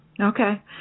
Okay